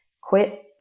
quit